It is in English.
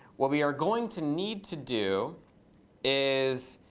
what we are going to need to do is,